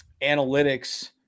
analytics